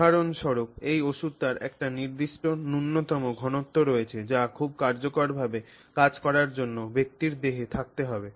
উদাহরণস্বরূপ এই ওষুধটির একটি নির্দিষ্ট ন্যূনতম ঘনত্ব রয়েছে যা খুব কার্যকরভাবে কাজ করার জন্য ব্যক্তির দেহে থাকতে হবে